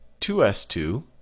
2s2